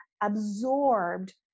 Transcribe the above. absorbed